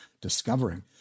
discovering